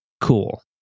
Cool